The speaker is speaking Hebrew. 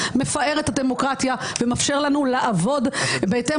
מפארת את הדמוקרטיה ומאפשרת לנו לעבוד בהתאם